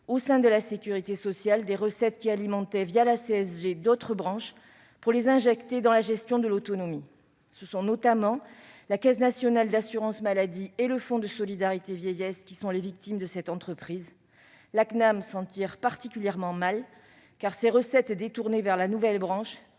au sein de la sécurité sociale, des recettes qui alimentaient, la CSG, d'autres branches, pour les injecter dans la gestion de l'autonomie. Ce sont notamment la Caisse nationale d'assurance maladie et le Fonds de solidarité vieillesse qui sont les victimes de cette entreprise. La CNAM s'en tire particulièrement mal, car ses recettes détournées vers la nouvelle branche